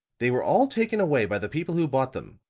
they were all taken away by the people who bought them,